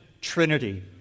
Trinity